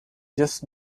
just